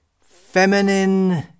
feminine